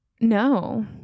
No